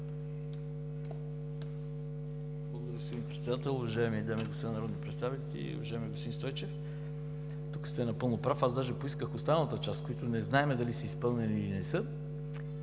Благодаря, господин Председател. Уважаеми дами и господа народни представители, уважаеми господин Стойчев! Тук сте напълно прав, аз даже поисках останалата част, които не знаем дали са изпълнени или не са,